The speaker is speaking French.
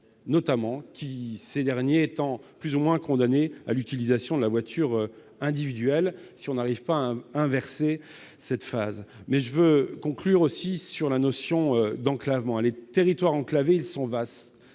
habitants de ces derniers étant plus ou moins condamnés à l'utilisation de la voiture individuelle si nous n'arrivons pas à inverser la tendance. Je conclus sur la notion d'enclavement. Les territoires enclavés sont vastes.